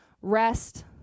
Rest